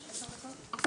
עשר דקות?